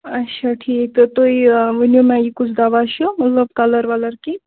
اَچھا ٹھیٖک تہٕ تُہۍ ؤنِو مےٚ یہِ کُس دَوا چھُ مطلب کَلَر وَلَر کِنۍ